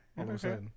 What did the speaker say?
Okay